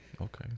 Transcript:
okay